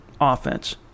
offense